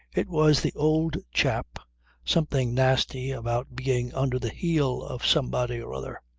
it was the old chap something nasty about being under the heel of somebody or other.